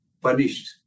punished